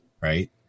Right